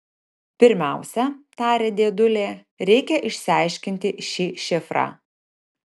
pirmiausia tarė dėdulė reikia išsiaiškinti šį šifrą